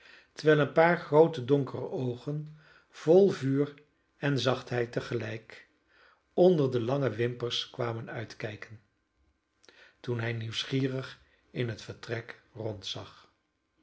terwijl een paar groote donkere oogen vol vuur en zachtheid te gelijk onder de lange wimpers kwamen uitkijken toen hij nieuwsgierig in het vertrek rondzag